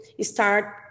start